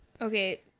Okay